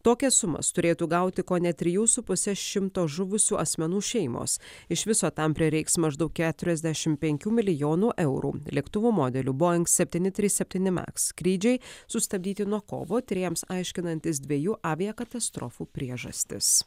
tokias sumas turėtų gauti kone trijų su puse šimto žuvusių asmenų šeimos iš viso tam prireiks maždaug keturiasdešim penkių milijonų eurų lėktuvo modelių boeing septyni trys septyni maks skrydžiai sustabdyti nuo kovo tyrėjams aiškinantis dviejų aviakatastrofų priežastis